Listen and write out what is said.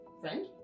friend